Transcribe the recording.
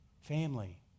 Family